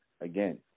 Again